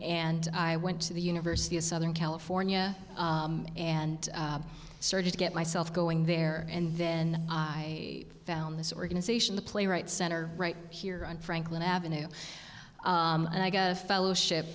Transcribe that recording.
and i went to the university of southern california and started to get myself going there and then i found this organization the playwright center right here on franklin avenue and i got a fellowship